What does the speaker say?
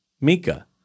Mika